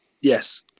Yes